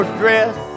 dress